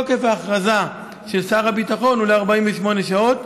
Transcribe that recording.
תוקף ההכרזה של שר הביטחון הוא ל-48 שעות